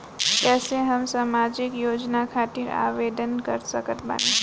कैसे हम सामाजिक योजना खातिर आवेदन कर सकत बानी?